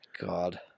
God